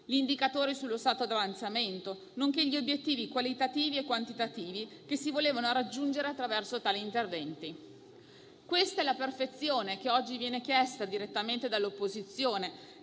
l'indicatore sullo stato di avanzamento, nonché gli obiettivi qualitativi e quantitativi che si volevano raggiungere attraverso tali interventi. Questa è la perfezione che oggi viene chiesta direttamente dall'opposizione,